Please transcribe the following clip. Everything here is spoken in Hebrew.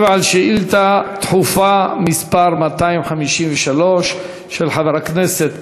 על שאילתה דחופה מס' 253 של חבר הכנסת